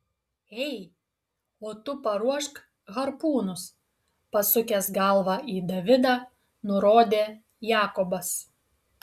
ei o tu paruošk harpūnus pasukęs galvą į davidą nurodė jakobas